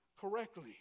correctly